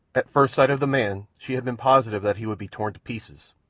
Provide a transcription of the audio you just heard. at first sight of the man she had been positive that he would be torn to pieces,